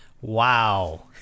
wow